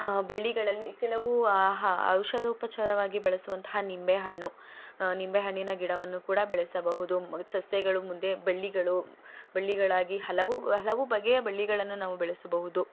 ಬಳ್ಳಿಗಳಲ್ಲಿ ಕೆಲವು ಆಹಾ ಔಷಧೋಪಚಾರವಾಗಿ ಬಳಸುವಂತಹ ನಿಂಬೆಹಣ್ಣು ನಿಂಬೆಹಣ್ಣಿನ ಗಿಡವನ್ನು ಕೂಡ ಬೆಳೆಸಬಹುದು ಸಸ್ಯಗಳು ಮುದೆ ಬಳ್ಳಿಗಳು ಬಳ್ಳಿಗಳಾಗಿ ಹಲವು ಹಲವು ಬಗೆಯ ಬಳ್ಳಿಗಳನ್ನು ನಾವು ಬೆಳೆಸಬಹುದು